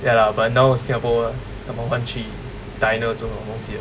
ya lah but now singapore 他们换去 diner 这种东西